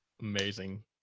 amazing